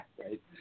Right